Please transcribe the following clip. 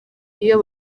iyo